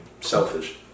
selfish